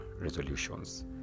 resolutions